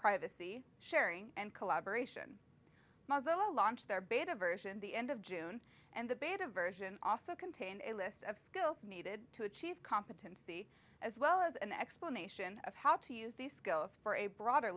privacy sharing and collaboration model launched their beta version the end of june and the beta version also contained a list of skills needed to achieve competency as well as an explanation of how to use these skills for a broader